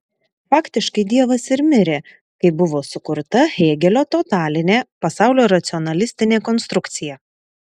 faktiškai dievas ir mirė kai buvo sukurta hėgelio totalinė pasaulio racionalistinė konstrukcija